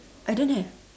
I don't have